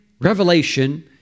revelation